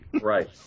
Right